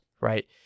right